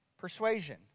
Persuasion